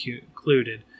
included